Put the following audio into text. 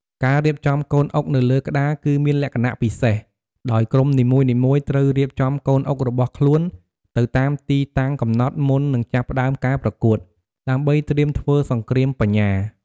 ការរៀបចំកូនអុកនៅលើក្តារគឺមានលក្ខណៈពិសេស ដោយក្រុមនីមួយៗត្រូវរៀបចំកូនអុករបស់ខ្លួនទៅតាមទីតាំងកំណត់មុននឹងចាប់ផ្តើមការប្រកួត ដើម្បីត្រៀមធ្វើសង្គ្រាមបញ្ញា។